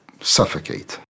suffocate